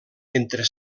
entre